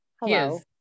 Hello